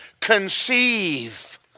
conceive